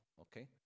Okay